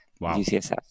UCSF